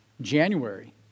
January